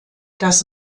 das